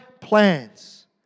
plans